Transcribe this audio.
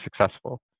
successful